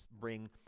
bring